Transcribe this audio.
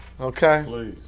okay